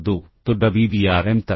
Wbar2 तो Wbarm तक